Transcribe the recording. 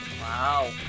Wow